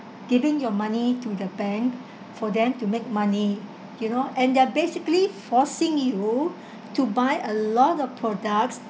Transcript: giving your money to the bank for them to make money you know and they're basically forcing you to buy a lot of products